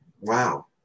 Wow